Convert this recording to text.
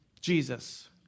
Jesus